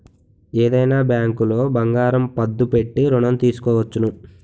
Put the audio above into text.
ఏదైనా బ్యాంకులో బంగారం పద్దు పెట్టి ఋణం తీసుకోవచ్చును